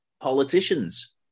politicians